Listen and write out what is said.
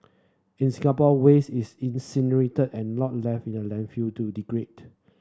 in Singapore waste is incinerated and not left in landfill to degrade